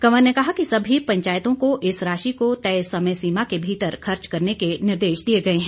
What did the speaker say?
कंवर ने कहा कि सभी पंचायतों को इस राशि को तय समय सीमा के भीतर खर्च करने के निर्देश दिए गए हैं